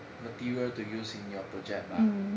material to use in your project 吧